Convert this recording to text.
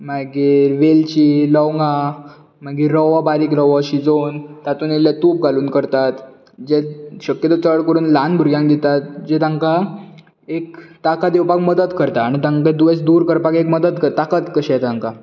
मागीर वेलची लवंगां मागीर रवो बारीक रवो शिजोवन तातूंत इल्लें तूप घालून करतात जें शक्य तर चड करून ल्हान भुरग्यांक दितात जें तांकां एक ताकत येवपाक मदत करता तांचें दुयेंस दूर करपाक एक मदत करतात ताकत कशी येता तांकां